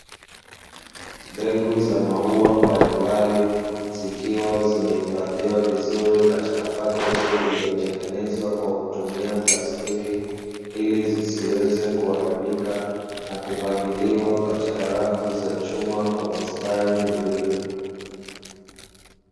Mbegu za maua mbalimbali zikiwa zimehifadhiwa vizuri katika pakiti iliyetengenezwa kwa kutumia plastiki, ili zisiweze kuharibika na kupangiliwa katika rafu za chuma kwa mistari miwili.